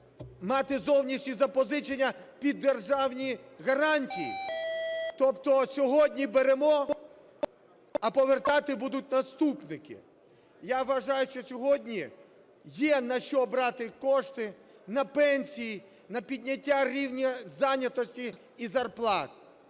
мати зовнішні запозичення під державні гарантії? Тобто сьогодні беремо, а повертати будуть наступники. Я вважаю, що сьогодні є, на що брати кошти: на пенсії, на підняття рівня зайнятості і зарплат.